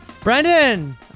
Brendan